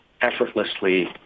effortlessly